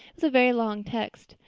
was a very long text.